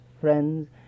friends